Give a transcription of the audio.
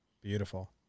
Beautiful